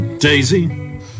Daisy